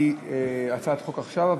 היא הצעת חוק שעולה עכשיו,